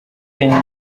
kenya